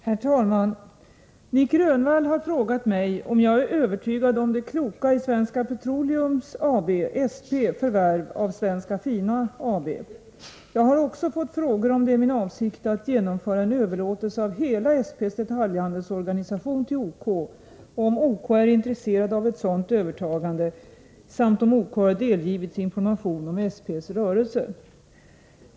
Herr talman! Nic Grönvall har frågat mig om jag är övertygad om det kloka i Svenska Petroleum AB:s förvärv av Svenska Fina AB. Jag har också fått frågor om det är min avsikt att genomföra en överlåtelse av hela SP:s detaljhandelsorganisation till OK och om OK är intresserat av ett sådant övertagande samt om OK har delgivits information om SP:s rörelse.